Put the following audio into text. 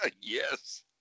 Yes